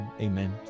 amen